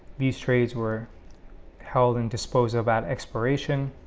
these trades were held and disposed about expiration